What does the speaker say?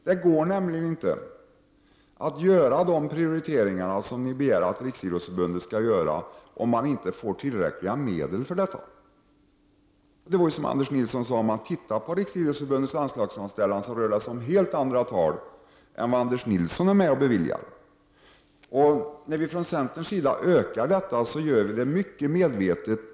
Det går nämligen inte att göra de prioriteringar som ni begär att Riksidrottsförbundet skall göra, om inte förbundet får tillräckliga medel. Det är som Anders Nilsson sade: i Riksidrottsförbundets anslagsframställan rör det sig om helt andra tal än de pengar Anders Nilsson är med och beviljar. Från centerns sida vill vi öka anslaget, mycket medvetet.